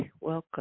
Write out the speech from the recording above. welcome